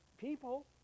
people